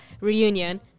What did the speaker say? Reunion